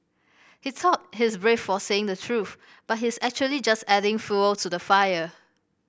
he thought he's brave for saying the truth but he's actually just adding fuel to the fire